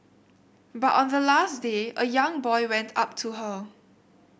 but on the last day a young boy went up to her